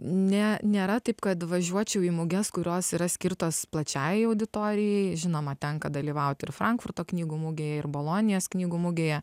ne nėra taip kad važiuočiau į muges kurios yra skirtos plačiajai auditorijai žinoma tenka dalyvaut ir frankfurto knygų mugėj ir bolonijos knygų mugėje